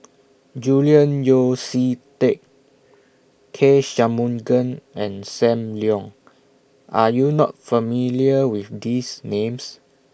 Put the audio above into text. Julian Yeo See Teck K Shanmugam and SAM Leong Are YOU not familiar with These Names